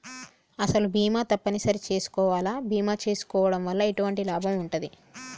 అసలు బీమా తప్పని సరి చేసుకోవాలా? బీమా చేసుకోవడం వల్ల ఎటువంటి లాభం ఉంటది?